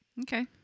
Okay